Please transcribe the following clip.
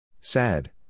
Sad